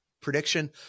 prediction